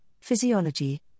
physiology